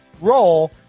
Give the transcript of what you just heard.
roll